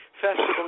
festival